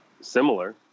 similar